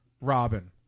robin